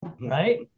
right